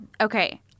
Okay